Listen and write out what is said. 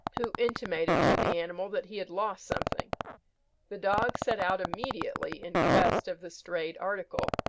who intimated to the animal that he had lost something the dog set out immediately in quest of the strayed article,